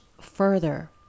further